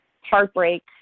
heartbreak